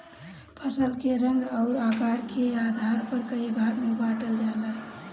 फसल के रंग अउर आकार के आधार पर कई भाग में बांटल जाला